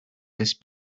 this